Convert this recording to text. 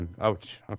Ouch